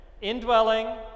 indwelling